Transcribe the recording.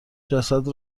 جسد